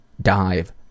dive